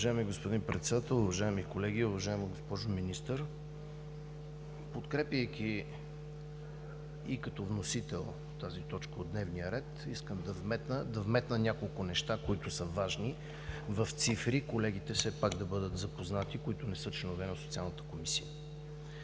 Уважаеми господин Председател, уважаеми колеги, уважаема госпожо Министър! Подкрепяйки и като вносител тази точка от дневния ред, искам да вметна няколко неща, които са важни в цифри, и колегите, които не са членове на Социалната комисия,